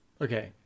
Okay